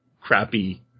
crappy